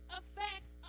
affects